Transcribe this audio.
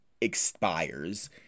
expires